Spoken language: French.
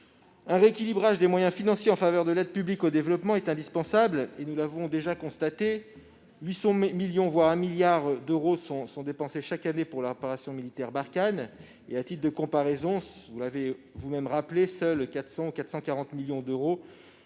Un rééquilibrage des moyens financiers en faveur de l'aide publique au développement est indispensable. Nous l'avons déjà constaté, entre 800 millions et 1 milliard d'euros sont dépensés chaque année pour l'opération militaire Barkhane ; à titre de comparaison, seuls 400 millions d'euros